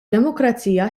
demokrazija